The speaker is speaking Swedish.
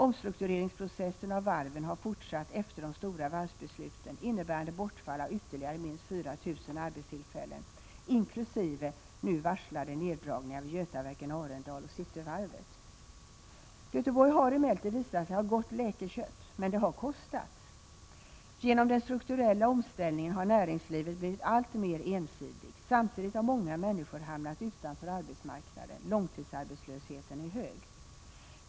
Omstruktureringsprocessen för varven har fortsatt efter de stora varvsbesluten vilket har inneburit ett bortfall av ytterligare minst 4 000 arbetstillfällen, inkl. nu varslade nerdragningar vid Götaverken, Arendal och Cityvarvet. Göteborg har emellertid visat sig ha gott läkkött. Men det har kostat. Genom den strukturella omställningen har näringslivet blivit allt mer ensidigt. Samtidigt har många människor hamnat utanför arbetsmarknaden. Siffran för långtidsarbetslösheten är hög.